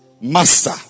Master